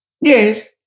Yes